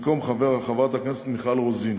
במקום חברת הכנסת מיכל רוזין.